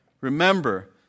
remember